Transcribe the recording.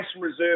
Reserve